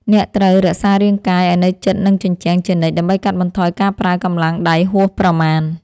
អ្នកត្រូវរក្សារាងកាយឱ្យនៅជិតនឹងជញ្ជាំងជានិច្ច ដើម្បីកាត់បន្ថយការប្រើកម្លាំងដៃហួសប្រមាណ។